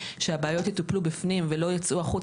שהבעיות יטופלו בפנים ולא יצאו החוצה,